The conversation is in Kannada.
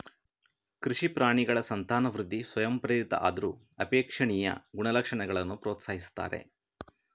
ಕೃಷಿ ಪ್ರಾಣಿಗಳ ಸಂತಾನವೃದ್ಧಿ ಸ್ವಯಂಪ್ರೇರಿತ ಆದ್ರೂ ಅಪೇಕ್ಷಣೀಯ ಗುಣಲಕ್ಷಣಗಳನ್ನ ಪ್ರೋತ್ಸಾಹಿಸ್ತಾರೆ